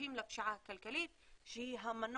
שותפים לפשיעה הכלכלית שהיא המנוף